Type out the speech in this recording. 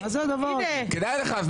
כדאי לך.